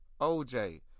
OJ